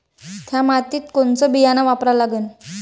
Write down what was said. थ्या मातीत कोनचं बियानं वापरा लागन?